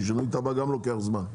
כי שינוי תב"ע גם לוקח זמן.